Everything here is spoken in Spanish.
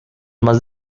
más